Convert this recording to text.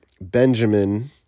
Benjamin